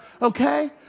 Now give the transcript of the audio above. Okay